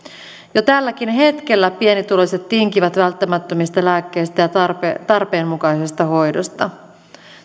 jo tälläkin hetkellä pienituloiset tinkivät välttämättömistä lääkkeistä ja tarpeenmukaisesta hoidosta